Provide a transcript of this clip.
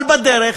אבל בדרך